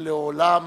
ש"לעולם